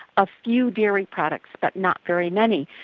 a few dairy products but not very many.